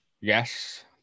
Yes